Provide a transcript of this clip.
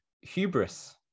hubris